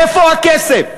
איפה הכסף.